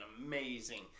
amazing